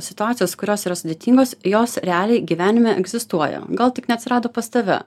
situacijos kurios yra sudėtingos jos realiai gyvenime egzistuoja gal tik neatsirado pas tave